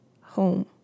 home